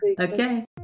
okay